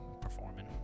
performing